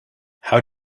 how